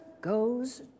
goes